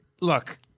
look